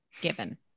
given